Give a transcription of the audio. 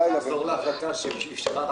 12:00.